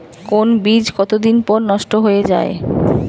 কোন বীজ কতদিন পর নষ্ট হয়ে য়ায়?